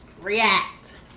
React